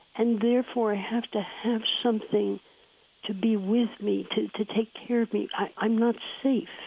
and therefore i have to have something to be with me, to to take care of me. i'm not safe.